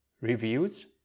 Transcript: reviews